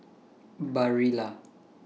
Barilla